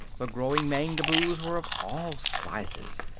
the growing mangaboos were of all sizes,